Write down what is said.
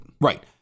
Right